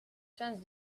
sends